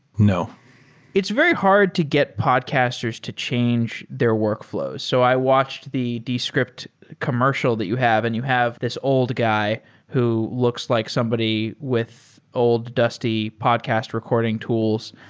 no it's very hard to get podcasters to change their workfl ows. so i watched the descript commercial that you have and you have this old guy who looks like somebody with old, dusty podcast recording tools.